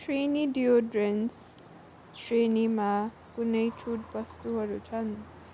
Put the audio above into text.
श्रेणी डियोडोरेन्ट्स श्रेणीमा कुनै छुट वस्तुहरू छन्